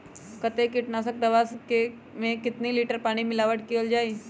कतेक किटनाशक दवा मे कितनी लिटर पानी मिलावट किअल जाई?